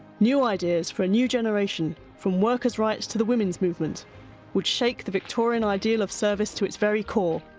new ideas for a new generation, from workers' rights to the women's movement would shake the victorian ideal of service to its very core,